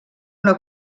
una